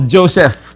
Joseph